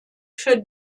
für